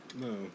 No